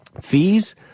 Fees